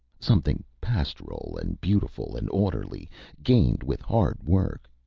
something pastoral and beautiful and orderly gained with hard work.